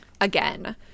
again